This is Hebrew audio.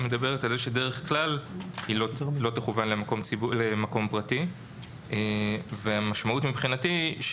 מדברת על כך שדרך כלל היא לא תכוון למקום פרטי ומבחינתי המשמעות היא